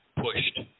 pushed